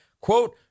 quote